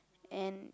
and